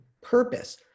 purpose